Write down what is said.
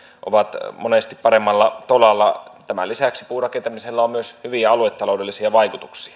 ovat monesti paremmalla tolalla tämän lisäksi puurakentamisella on myös hyviä aluetaloudellisia vaikutuksia